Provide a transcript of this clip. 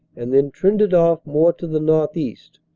and then trended off more to the northeast,